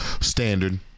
standard